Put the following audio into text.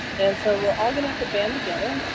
and so we're all going to have to band together,